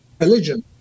religion